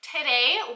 Today